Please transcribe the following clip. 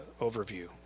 overview